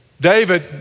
David